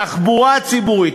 תחבורה ציבורית,